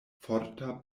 forta